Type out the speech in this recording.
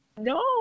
no